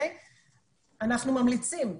אנחנו ממליצים,